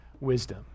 wisdom